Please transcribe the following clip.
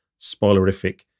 spoilerific